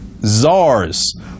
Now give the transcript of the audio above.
czars